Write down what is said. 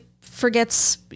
forgets